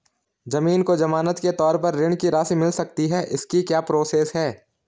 ज़मीन को ज़मानत के तौर पर ऋण की राशि मिल सकती है इसकी क्या प्रोसेस है?